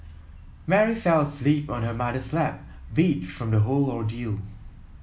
Mary fell asleep on her mother's lap beat from the whole ordeal